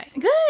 Good